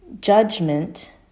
judgment